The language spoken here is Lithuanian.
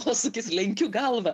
posūkis lenkiu galvą